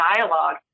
dialogue